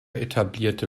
etablierte